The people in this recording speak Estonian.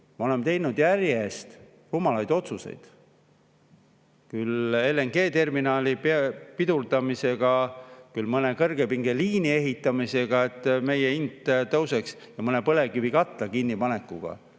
Me oleme teinud järjest rumalaid otsuseid küll LNG-terminali [ehituse] pidurdamisega, küll mõne kõrgepingeliini ehitamisega, et meie hind tõuseks, ja mõne põlevkivikatla kinnipanekuga.